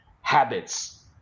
habits